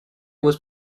was